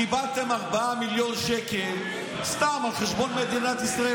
קיבלתם 4 מיליון שקל סתם על חשבון מדינת ישראל,